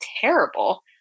terrible